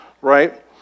right